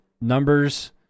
numbers